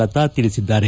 ಲತಾ ತಿಳಿಸಿದ್ದಾರೆ